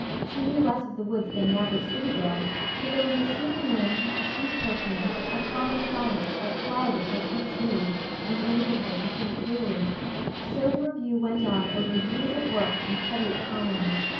she knew less of the woods than the average city girl but there was a soothing wind, a sweet perfume, a calming silence that quieted her tense mood and enabled her to think clearly so the review went on over years of work and petty economies,